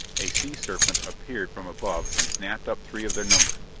a sea-serpent appeared from above and snapped up three of their number.